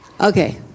Okay